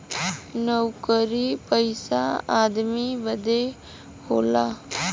नउकरी पइसा आदमी बदे होला